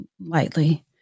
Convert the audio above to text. lightly